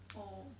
oh